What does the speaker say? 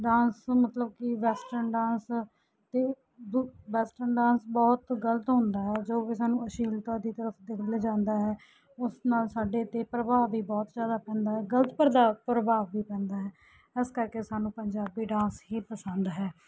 dance ਮਤਲਬ ਕਿ western dance ਅਤੇ ਦੁ ਵੈਸਟਰਨ ਡਾਂਸ ਬਹੁਤ ਗਲਤ ਹੁੰਦਾ ਹੈ ਜੋ ਕਿ ਸਾਨੂੰ ਅਸ਼ਲੀਲਤਾ ਦੀ ਤਰਫ ਲਿਜਾਂਦਾ ਹੈ ਉਸ ਨਾਲ ਸਾਡੇ 'ਤੇ ਪ੍ਰਭਾਵ ਵੀ ਬਹੁਤ ਜ਼ਿਆਦਾ ਪੈਂਦਾ ਹੈ ਗਲਤ ਪ੍ਰਦਾਵ ਪ੍ਰਭਾਵ ਵੀ ਪੈਂਦਾ ਹੈ ਇਸ ਕਰਕੇ ਸਾਨੂੰ ਪੰਜਾਬੀ ਡਾਂਸ ਹੀ ਪਸੰਦ ਹੈ